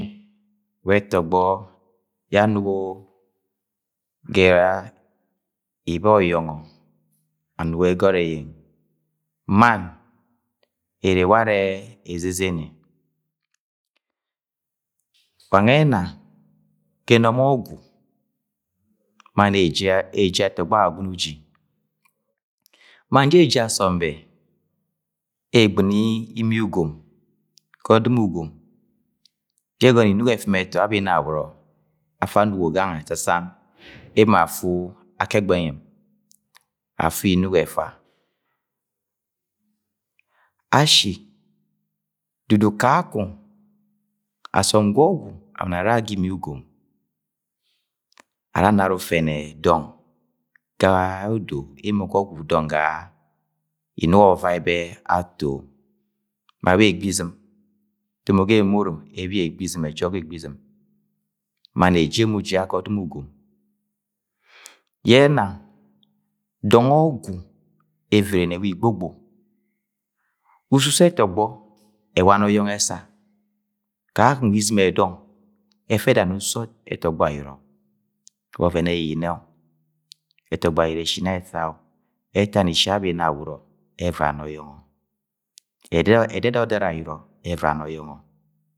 Wa ẹtọgbọ yẹ anugo ga Ibẹb ọyọngọ anugo egọt eyeng, mann erre ware ezezene wanwẹ ẹna ga ẹnọm ogwu mann arre eji arre eji ẹtọgbọ Agwagme uji, mann jẹ eji asọm bẹ e egbinu Imi ugom ga ọdọm ugom yẹ ẹgọnọ Inuk ẹfimi ẹtu abẹ ina bọrọ afa anuga gange dasam emo afu Akogbeyim afa Inuk ẹfa, ashi dudu kakọng asọn ga ọgwu abọni ara ga Imi ugom ara anara ufẹn e dọng gaye odo emo go ogwu dọng ga Inuk ovavai bẹ ato ma bẹ Egbizim domo ga Emomoro ebi Egbizim ẹjọk ga Egbizim mann eji emo uji aga ọdim ugom, yena dọng ogwu evere ni ẹwa Igbogbo, ususo ẹtọgbọ ẹwani ọyọngo esa kakong wa Izim ẹdọng ẹfẹ ẹda na ususo ẹtọgbọ ayọrọ wa oven eyiyine-o ẹtọgbọ ayọrọ eshina esa. o! Ẹtan Ishi abẹ Inabọrọ evira ni õyọngọ, ẹdada ọdẹt ayọrọ evira ni ọyọngọ.